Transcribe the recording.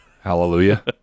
Hallelujah